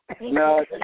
No